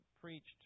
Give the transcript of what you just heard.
preached